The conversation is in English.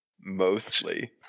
Mostly